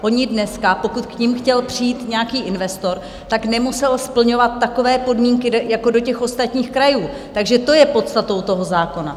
Oni dneska, pokud k nim chtěl přijít nějaký investor, nemusel splňovat takové podmínky jako do těch ostatních krajů, takže to je podstatou toho zákona.